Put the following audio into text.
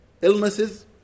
Illnesses